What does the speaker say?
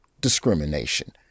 discrimination